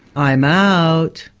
i'm out.